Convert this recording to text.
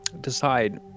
decide